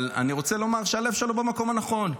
אבל אני רוצה לומר שהלב שלו במקום הנכון.